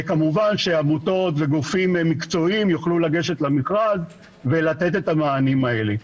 וכמובן שעמותות וגופים מקצועיים יוכלו לגשת למכרז ולתת את המענים האלה.